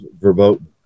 verboten